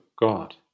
God